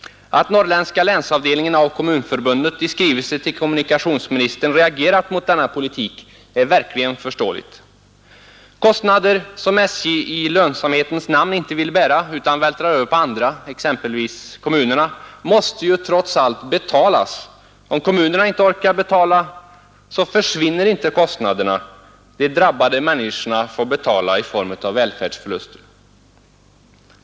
Att norrländska länsavdelningen av Kommunförbundet i skrivelse till kommunikationsministern reagerat mot denna politik är verkligen förståeligt. Kostnader som SJ i lönsamhetens namn inte vill bära utan vältrar över på andra, exempelvis kommunerna, måste ju trots allt betalas. Om kommunerna inte orkar betala, så försvinner inte kostnaderna; de drabbade människorna får betala i form av välfärdsförluster.